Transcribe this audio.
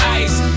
ice